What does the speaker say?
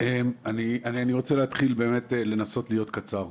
אני רוצה להתחיל באמת לנסות להיות קצר.